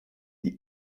die